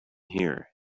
here